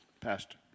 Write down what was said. pastor